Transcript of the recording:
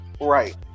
right